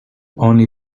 only